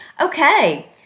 Okay